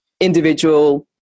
individual